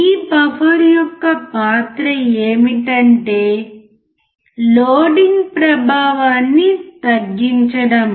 ఈ బఫర్ యొక్క పాత్ర ఏమిటంటే లోడింగ్ ప్రభావాన్ని తగ్గించడం